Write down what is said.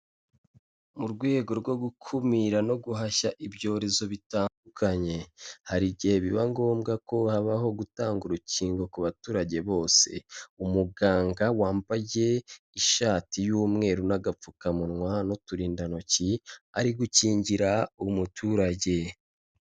Mu rwego rwo gukumira no guhashya ibyorezo bitandukanye, hari igihe biba ngombwa ko habaho gutanga urukingo ku baturage bose, umuganga wambaye ishati y'umweru n'agapfukamunwa n'uturindantoki ari gukingira umuturage.